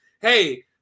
hey